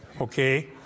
okay